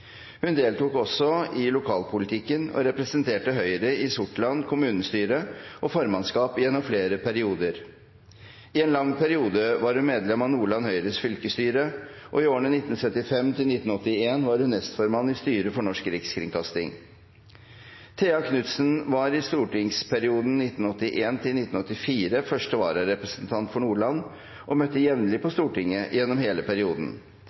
Hun deltok også i lokalpolitikken og representerte Høyre i Sortland kommunestyre og formannskap gjennom flere perioder. I en lang periode var hun medlem av Nordland Høyres fylkesstyre, og i årene 1975–1981 var hun nestformann i styret for Norsk rikskringkasting. Thea Knutzen var i stortingsperioden 1981–1984 første vararepresentant for Nordland og møtte jevnlig på Stortinget gjennom hele perioden.